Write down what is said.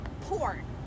porn